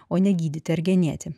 o negydyti ar genėti